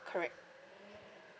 correct